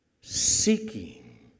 seeking